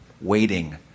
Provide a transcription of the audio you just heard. waiting